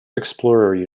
explorer